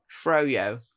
froyo